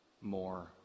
more